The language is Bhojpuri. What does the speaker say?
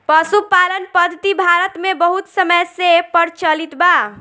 पशुपालन पद्धति भारत मे बहुत समय से प्रचलित बा